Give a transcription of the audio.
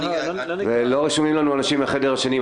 לא רשומים לנו אנשים מהחדר השני.